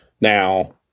Now